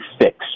fix